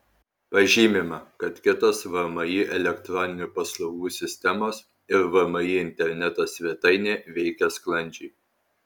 pažymima kad kitos vmi elektroninių paslaugų sistemos ir vmi interneto svetainė veikia sklandžiai